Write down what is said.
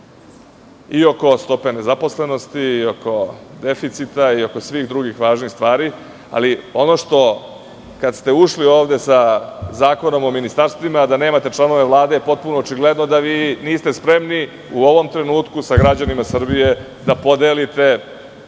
i oko stope nezaposlenosti, i oko deficita i oko svih drugih važnih stvari. Ali ono kada ste ušli ovde za Zakonom o ministarstvima da nemate članove Vlade, potpuno očigledno da vi niste spremni u ovom trenutku sa građanima Srbije da podelite